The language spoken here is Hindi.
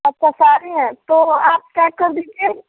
अच्छा सारी हैं तो आप पैक कर दीजिए